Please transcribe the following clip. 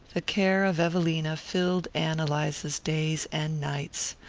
the care of evelina filled ann eliza's days and nights.